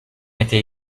été